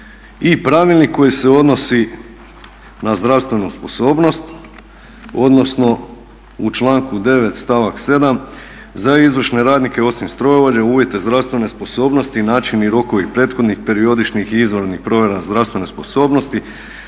i pravilnik koji se odnosi na zdravstvenu sposobnost, odnosno u članku 9. stavak 7. za izvršne radnike osim strojovođe, uvjete zdravstvene sposobnosti, način i rokovi prethodnih periodičnih i izvanrednih provjera zdravstvene sposobnosti